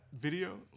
video